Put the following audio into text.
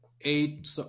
eight